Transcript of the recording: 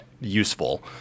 useful